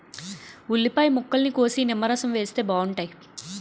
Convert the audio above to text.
ఉల్లిపాయ ముక్కల్ని కోసి నిమ్మరసం వేస్తే బాగుంటాయి